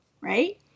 Right